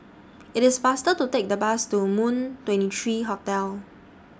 IT IS faster to Take The Bus to Moon twenty three Hotel